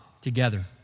together